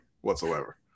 whatsoever